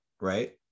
right